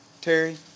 Terry